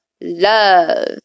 Love